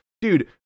Dude